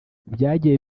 byagiye